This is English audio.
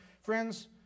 Friends